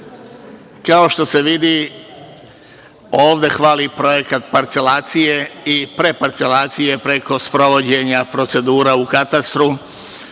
Kao što se vidi, ovde hvali projekat parcelacije i preparcelacije preko sprovođenja procedura u Katastru